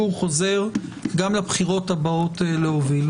והוא חוזר גם לבחירות הבאות להוביל.